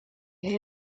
helme